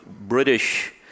British